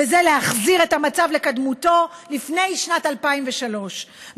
וזה להחזיר את המצב לקדמותו לפני שנת 2003,